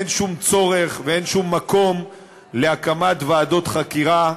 אין שום צורך ואין שום מקום להקמת ועדות חקירה.